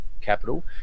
capital